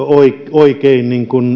oikein